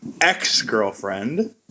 Ex-girlfriend